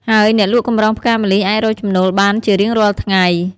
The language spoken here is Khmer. ហើយអ្នកលក់កម្រងផ្កាម្លិះអាចរកចំណូលបានជារៀងរាល់ថ្ងៃ។